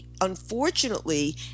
unfortunately